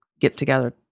get-together